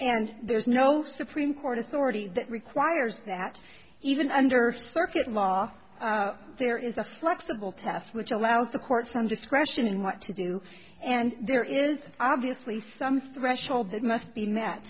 and there's no supreme court authority that requires that even under circuit law there is a flexible test which allows the court some discretion in what to do and there is obviously some threshold that must be met